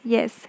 Yes